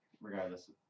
Regardless